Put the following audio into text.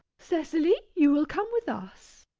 cecily, you will come with us.